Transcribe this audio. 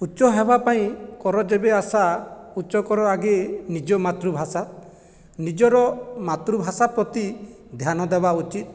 ଉଚ୍ଚ ହେବା ପାଇଁ କର ଯେବେ ଆଶା ଉଚ୍ଚ କର ଆଗେ ନିଜ ମାତୃଭାଷା ନିଜର ମାତୃଭାଷା ପ୍ରତି ଧ୍ୟାନ ଦେବା ଉଚିତ